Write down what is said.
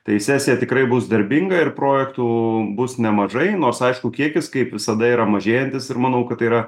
teises jie tikrai bus darbinga ir projektų bus nemažai nors aišku kiekis kaip visada yra mažėjantis ir manau kad tai yra